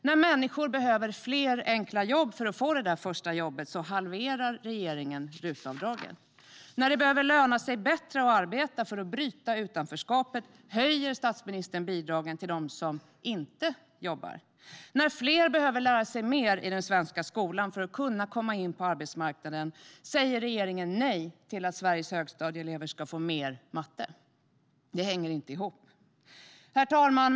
När människor behöver fler enkla jobb för att få det där första jobbet halverar regeringen RUT-avdraget. När det behöver löna sig bättre att arbeta för att bryta utanförskapet höjer statsministern bidragen till dem som inte jobbar. När fler behöver lära sig mer i den svenska skolan för att kunna komma in på arbetsmarknaden säger regeringen nej till att Sveriges högstadieelever ska få mer matte. Det hänger inte ihop. Herr talman!